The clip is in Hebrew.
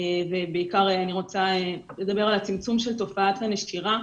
בעיקר אני רוצה לדבר על הצמצום של תופעת הנשירה.